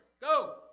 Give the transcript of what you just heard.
Go